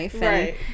Right